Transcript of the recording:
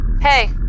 Hey